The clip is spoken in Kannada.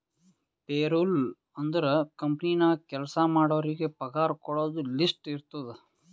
ಪೇರೊಲ್ ಅಂದುರ್ ಕಂಪನಿ ನಾಗ್ ಕೆಲ್ಸಾ ಮಾಡೋರಿಗ ಪಗಾರ ಕೊಡೋದು ಲಿಸ್ಟ್ ಇರ್ತುದ್